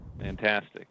Fantastic